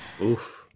Oof